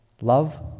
Love